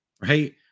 right